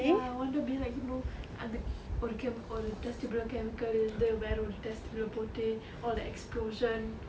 ya I wanted to be like you know அந்த ஒரு:antha oru chemical ஒரு:oru test tube இல்லே:illae chemical இருந்து வேற ஒரு:irunthu vera oru test tube லே போட்டு:le pottu all the explosion